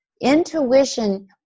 Intuition